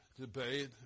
debate